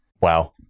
Wow